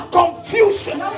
confusion